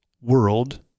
world